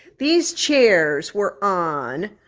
these chairs were on,